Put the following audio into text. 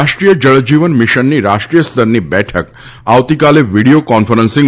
રાષ્ટ્રીય જળજીવન મિશનની રાષ્ટ્રીય સ્તરની બેઠક આવતીકાલે વીડિયો કોન્ફરન્સિંગ